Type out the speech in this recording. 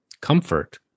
Comfort